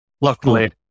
Luckily